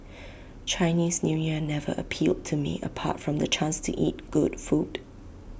Chinese New Year never appealed to me apart from the chance to eat good food